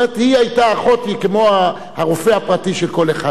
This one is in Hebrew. האחות היתה כמו הרופא הפרטי של כל אחד ואחד.